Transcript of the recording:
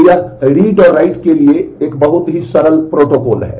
तो यह रीड और राइट के लिए एक बहुत ही सरल प्रोटोकॉल है